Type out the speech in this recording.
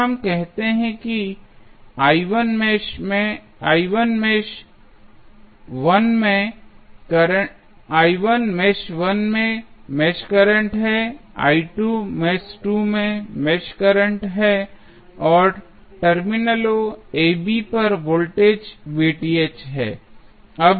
तो हम कहते हैं कि मेष 1 में मेष करंट है मेष 2 में मेष करंट है और टर्मिनलों ab पर वोल्टेज है